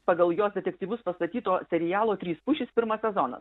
pagal jos detektyvus pastatyto serialo trys pušys pirmas sezonas